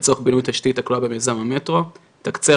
בוקר טוב לכולכם,